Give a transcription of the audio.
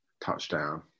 touchdown